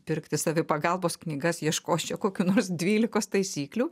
pirkti savipagalbos knygas ieškos čia kokių nors dvylikos taisyklių